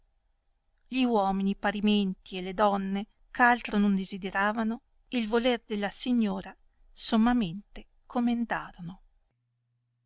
gli uomini pai imenti e le donne eh altro non desideravano il volei della signora sommamente comendarono